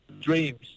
dreams